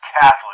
Catholic